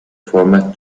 format